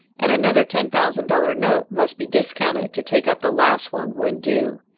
and another ten thousand dollars note must be discounted to take up the last one when due.